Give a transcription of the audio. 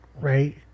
right